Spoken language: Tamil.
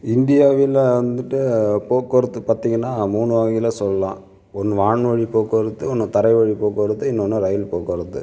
இந்தியாவில் வந்துவிட்டு போக்குவரத்து பார்த்தீங்கனா மூணு வகையில் சொல்லலாம் ஒன்று வான்வழி போக்குவரத்து ஒன்று தரை வழி போக்குவரத்து இன்னொன்று ரயில் போக்குவரத்து